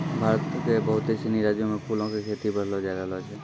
भारत के बहुते सिनी राज्यो मे फूलो के खेती बढ़लो जाय रहलो छै